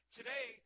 Today